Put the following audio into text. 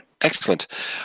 Excellent